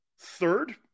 Third